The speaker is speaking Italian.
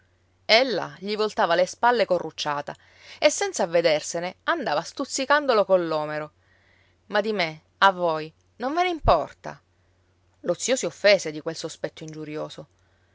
capo ella gli voltava le spalle corrucciata e senza avvedersene andava stuzzicandolo coll'omero ma di me a voi non ve ne importa lo zio si offese di quel sospetto ingiurioso